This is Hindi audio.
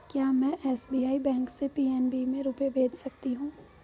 क्या में एस.बी.आई बैंक से पी.एन.बी में रुपये भेज सकती हूँ?